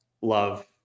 love